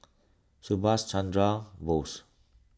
Subhas Chandra Bose